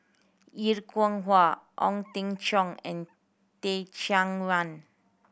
Er Kwong Wah Ong Teng Cheong and Teh Cheang Wan